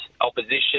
opposition